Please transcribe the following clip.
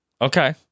Okay